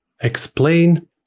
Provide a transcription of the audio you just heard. explain